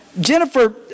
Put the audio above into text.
Jennifer